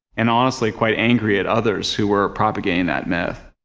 and honestly quite angry at others who were propagating that myth.